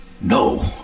No